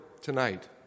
tonight